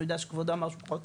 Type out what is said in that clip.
אני יודע שכבודו אמר שזה פחות,